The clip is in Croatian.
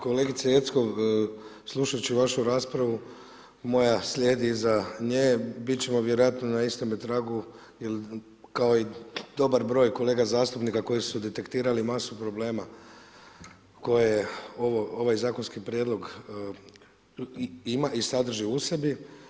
Kolegice Jeckov, slušajući vašu raspravu moja slije iza nje, biti ćemo vjerojatno na istome tragu jer kao i dobar broj kolega zastupnika koji su detektirali masu problema koje ovaj zakonski prijedlog ima i sadrži u sebi.